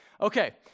Okay